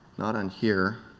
not on here